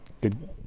good